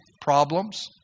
problems